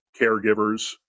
caregivers